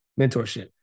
Mentorship